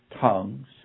tongues